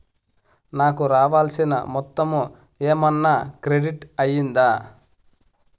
నాకు రావాల్సిన మొత్తము ఏమన్నా క్రెడిట్ అయ్యిందా